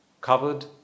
covered